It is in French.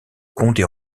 condé